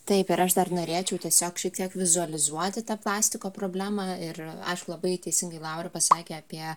taip ir aš dar norėčiau tiesiog šiek tiek vizualizuoti tą plastiko problemą ir aišku labai teisingai laura pasakė apie